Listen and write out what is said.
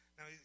Now